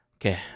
okay